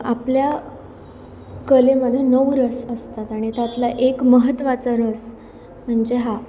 आपल्या कलेमध्ये नऊ रस असतात आणि त्यातला एक महत्त्वाचा रस म्हणजे हा